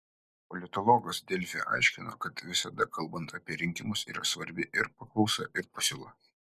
politologas delfi aiškino kad visada kalbant apie rinkimus yra svarbi ir paklausa ir pasiūla